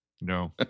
No